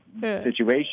situation